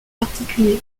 particuliers